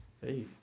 Hey